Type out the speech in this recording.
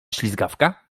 ślizgawka